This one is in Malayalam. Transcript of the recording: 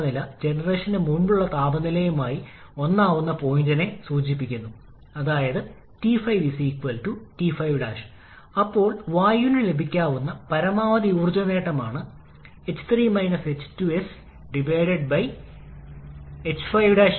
നമ്മൾ ഒരേ പ്രശ്നം പരിഹരിച്ചാൽ തീർച്ചയായും ഒരു മാറ്റമുണ്ട് ബോത്തോ കംപ്രഷനും വിപുലീകരണ പ്രക്രിയയും ഐസന്റ്രോപിക് ആണെന്ന് കരുതി അതേ പ്രശ്നം പരിഹരിക്കാൻ ഞാൻ നിങ്ങളോട് അഭ്യർത്ഥിക്കുന്നു അതായത് ശരിയായ പോയിന്റുകളിൽ 2 സെ 4 സെ ഉണ്ട് നിങ്ങൾക്ക് എന്ത് മൂല്യങ്ങൾ ലഭിക്കുന്നുവെന്ന് കാണുക